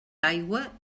aigua